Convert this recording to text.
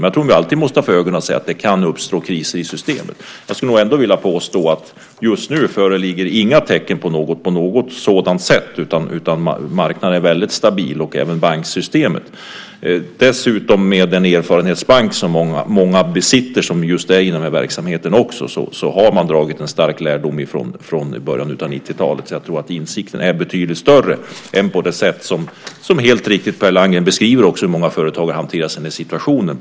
Men vi måste alltid ha för ögonen att det kan uppstå kriser i systemet. Jag vill påstå att det just nu inte föreligger några tecken. Marknaden är stabil - och även banksystemet. Med den erfarenhetsbank som många besitter i verksamheten har man dragit en stark lärdom från början av 1990-talet. Insikten är betydligt större än det sätt som Per Landgren beskriver att många företagare hanterades i den situationen.